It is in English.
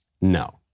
No